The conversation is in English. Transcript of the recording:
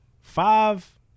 Five